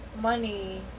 money